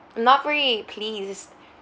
not really pleased